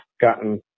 gotten